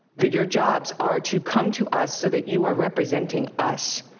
for your jobs are to come to us so that you are representing us.